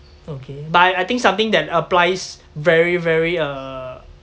okay but I I think something that applies very very uh